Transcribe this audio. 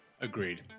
agreed